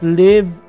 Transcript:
live